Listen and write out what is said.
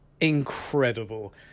incredible